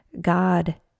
God